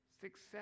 success